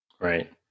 Right